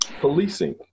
policing